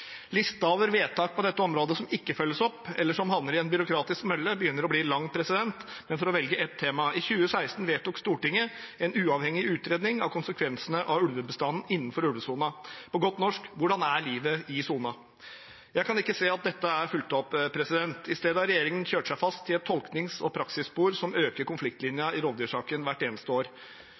over vedtak på dette området som ikke følges opp, eller som havner i en byråkratisk mølle, begynner å bli lang, men for å velge ett tema: I 2016 vedtok Stortinget en uavhengig utredning av konsekvensene av ulvebestanden innenfor ulvesonen. På godt norsk: Hvordan er livet i sonen? Jeg kan ikke se at dette er fulgt opp. I stedet har regjeringen kjørt seg fast i et tolknings- og praksisspor som øker konfliktlinjen i rovdyrsaken hvert eneste år,